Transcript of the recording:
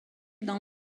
dans